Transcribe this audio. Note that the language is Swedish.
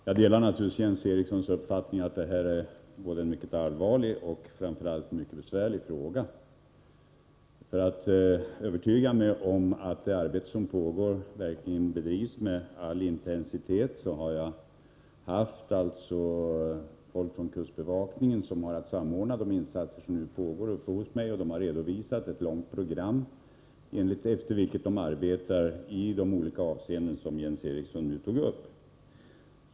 Herr talman! Jag delar naturligtvis Jens Erikssons uppfattning att det här är både en mycket allvarlig och, framför allt, en mycket besvärlig fråga. För att övertyga mig om att det arbete som pågår verkligen bedrivs med all intensitet har jag haft folk från kustbevakningen, som har att samordna de insatser som pågår, uppe hos mig. De har redovisat ett långt program efter vilket de arbetar i de olika avseenden som Jens Eriksson nu tog upp.